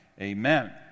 amen